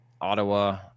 ottawa